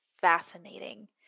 fascinating